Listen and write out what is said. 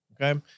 okay